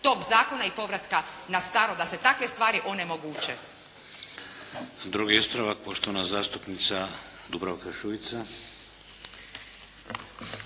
tog zakona i povratka na staro, da se takve stvari onemoguće.